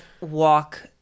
walk